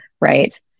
Right